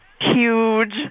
Huge